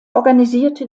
organisierte